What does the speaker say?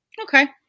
Okay